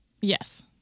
Yes